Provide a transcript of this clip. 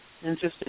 interesting